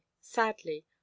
sadly